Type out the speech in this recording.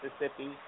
Mississippi